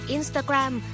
Instagram